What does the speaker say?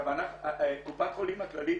אני אומר כנציג של קופת חולים הכללית